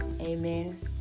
amen